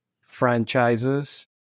franchises